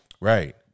right